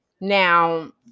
Now